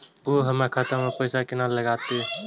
कोय हमरा खाता में पैसा केना लगते?